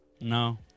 No